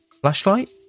Flashlight